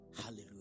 Hallelujah